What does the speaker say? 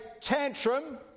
tantrum